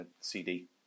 CD